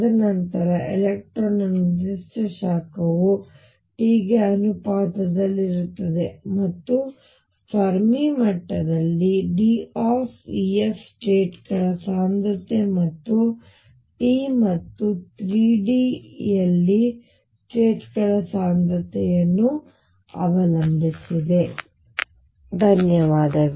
ತದನಂತರ ಎಲೆಕ್ಟ್ರಾನ್ ನ ನಿರ್ದಿಷ್ಟ ಶಾಖವು Tಗೆ ಅನುಪಾತದಲ್ಲಿರುತ್ತದೆ ಮತ್ತು ಫೆರ್ಮಿ ಮಟ್ಟದಲ್ಲಿ D ಸ್ಟೇಟ್ ಗಳ ಸಾಂದ್ರತೆ ಮತ್ತು T ಮತ್ತು 3D ಯಲ್ಲಿ ಸ್ಟೇಟ್ ಗಳ ಸಾಂದ್ರತೆಯನ್ನು ಅವಲಂಬಿಸಿರುತ್ತದೆ